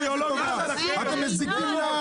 אתם מזיקים לעם